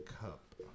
Cup